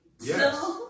yes